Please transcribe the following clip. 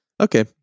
Okay